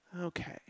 Okay